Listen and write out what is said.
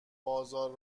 بازار